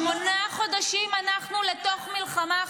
שמונה חודשים אנחנו לתוך מלחמה,